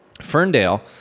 Ferndale